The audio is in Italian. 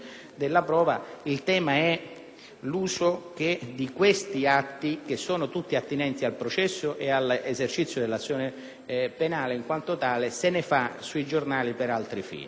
l'uso che di questi atti, tutti attinenti al processo e all'esercizio dell'azione penale in quanto tale, se ne fa sui giornali per altri fini.